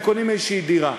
הם קונים איזו דירה.